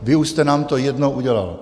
Vy už jste nám to jednou udělal.